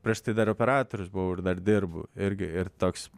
prieš tai dar operatorius buvau ir dar dirbu irgi ir toks